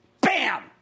Bam